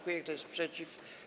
Kto jest przeciw?